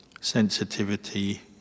sensitivity